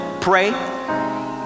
Pray